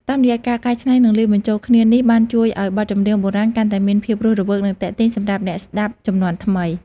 តាមរយៈការកែច្នៃនិងលាយបញ្ចូលគ្នានេះបានជួយឲ្យបទចម្រៀងបុរាណកាន់តែមានភាពរស់រវើកនិងទាក់ទាញសម្រាប់អ្នកស្ដាប់ជំនាន់ថ្មី។